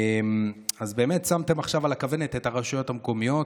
אז באמת שמתם עכשיו על הכוונת את הרשויות המקומיות,